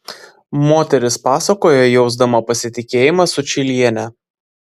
moteris pasakojo jausdama pasitikėjimą sučyliene